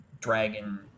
dragon